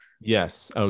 Yes